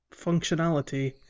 functionality